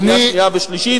לקריאה שנייה ושלישית.